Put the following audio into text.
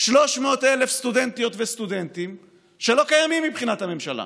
300,000 סטודנטיות וסטודנטים שלא קיימים מבחינת הממשלה,